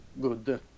good